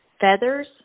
Feathers